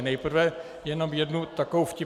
Nejprve jenom jednu takovou vtipnost.